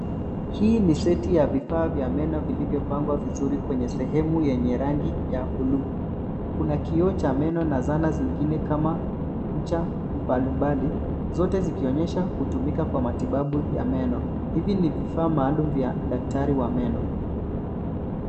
Hii ni seti ya vifaa vya meno vilivyopangwa vizuri kwenye sehemu yenye rangi ya bluu. Kuna kioo cha meno na zana zingine kama kucha mbalimbali zote zikionyesha kutumika kwa matibabu ya meno. Hivi ni vifaa maalum vya daktari wa meno.